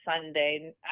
Sunday